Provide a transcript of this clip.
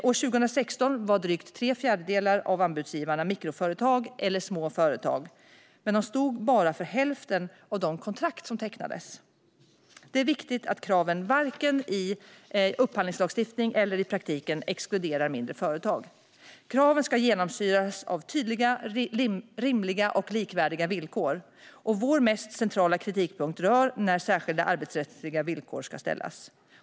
År 2016 var drygt tre fjärdedelar av anbudsgivarna mikroföretag eller små företag, men de stod bara för hälften av de kontrakt som tecknades. Det är viktigt att kraven varken i upphandlingslagstiftningen eller i praktiken exkluderar mindre företag. Kraven ska genomsyras av tydliga, rimliga och likvärdiga villkor. Vår mest centrala kritikpunkt rör när särskilda arbetsrättsliga villkor ska ställas.